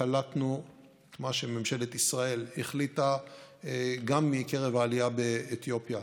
וקלטנו את מה שממשלת ישראל החליטה גם מקרב העלייה באתיופיה,